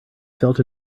felt